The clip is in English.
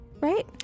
right